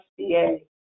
SBA